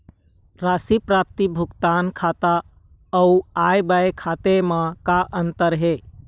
राशि प्राप्ति भुगतान खाता अऊ आय व्यय खाते म का अंतर हे?